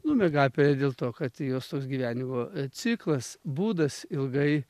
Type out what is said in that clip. nu miegapelė dėl to kad jos toks gyvenimo ciklas būdas ilgai